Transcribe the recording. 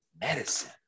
Medicine